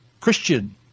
Christian